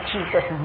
Jesus